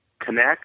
Connect